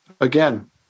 again